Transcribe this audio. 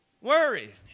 worried